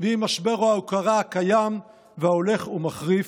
ועם משבר ההוקרה הקיים וההולך ומחריף?